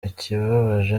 ikibabaje